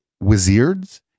wizards